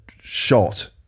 shot